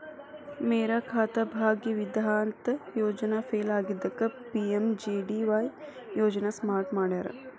ಮೇರಾ ಖಾತಾ ಭಾಗ್ಯ ವಿಧಾತ ಯೋಜನೆ ಫೇಲ್ ಆಗಿದ್ದಕ್ಕ ಪಿ.ಎಂ.ಜೆ.ಡಿ.ವಾಯ್ ಯೋಜನಾ ಸ್ಟಾರ್ಟ್ ಮಾಡ್ಯಾರ